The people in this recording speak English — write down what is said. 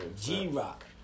G-Rock